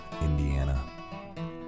Indiana